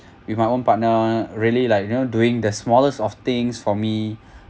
with my own partner really like you know doing the smallest of things for me